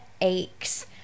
aches